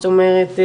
זאת אומרת,